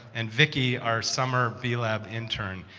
and vicki, our summer b-lab intern.